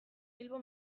bilbo